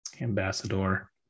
Ambassador